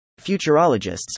Futurologists